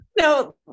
no